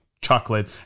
chocolate